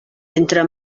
entre